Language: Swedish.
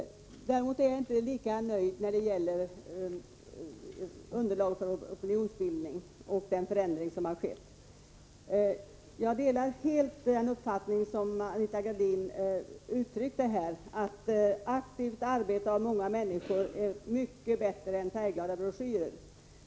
Däremot är jag inte lika nöjd när det gäller underlaget för opinionsbildning och den förändring som där har skett. Jag delar helt den uppfattning som Anita Gradin här uttryckte: Aktivt arbete av många människor är mycket bättre än färgglada broschyrer.